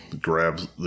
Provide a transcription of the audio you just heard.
grabs